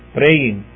praying